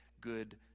good